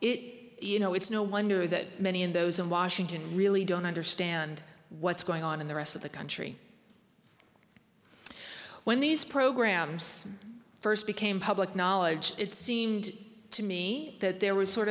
it you know it's no wonder that many of those in washington really don't understand what's going on in the rest of the country when these programs first became public knowledge it seemed to me that there was sort